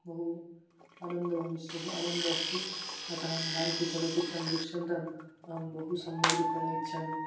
बहु आनन्दं भविष्यति आनन्दः अस्ति अतः भारतीय चलचित्रं दृश्यन्तम् अहं बहु सम्यक्रूपेण इच्छामि